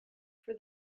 for